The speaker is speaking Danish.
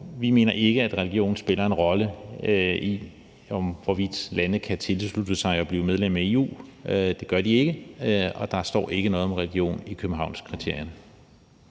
vi mener ikke, at religion spiller en rolle for, hvorvidt lande kan tilslutte sig at blive medlem af EU. Det gør det ikke, og der står ikke noget om religion i Københavnskriterierne.